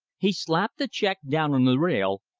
he slapped the check down on the rail,